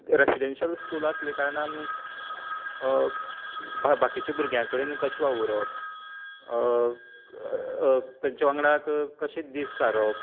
residential school आसले कारणान भा बाकिच्या भुरग्यांकडेन कशें वावूरप तेंचे वांगडाक कशें दीस सारप